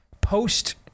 post